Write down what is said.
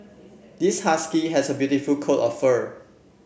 this husky has a beautiful coat of fur